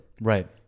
Right